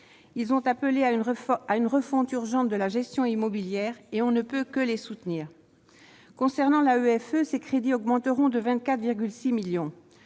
Ils ont appelé à une refonte urgente de la gestion immobilière, et on ne peut que les soutenir. Concernant l'AEFE, ses crédits augmenteront de 24,6 millions.